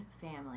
family